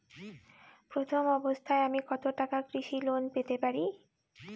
প্রথম অবস্থায় আমি কত টাকা কৃষি লোন পেতে পারি?